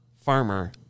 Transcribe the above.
farmer